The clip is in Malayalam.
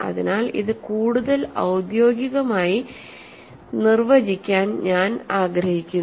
അതിനാൽ ഇത് കൂടുതൽ ഔദ്യോഗികമായി നിർവചിക്കാൻ ഞാൻ ആഗ്രഹിക്കുന്നു